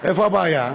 איפה הבעיה?